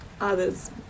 others